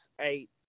eight